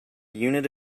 unit